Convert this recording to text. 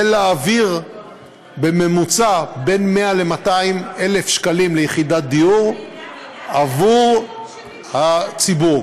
ולהעביר בממוצע בין 100,000 ל-200,000 שקלים ליחידת דיור עבור הציבור.